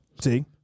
See